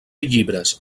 llibres